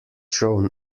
shown